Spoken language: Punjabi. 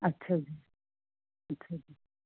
ਅੱਛਾ ਜੀ ਅੱਛਾ ਜੀ